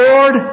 Lord